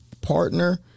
partner